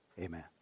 amen